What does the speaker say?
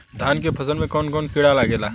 धान के फसल मे कवन कवन कीड़ा लागेला?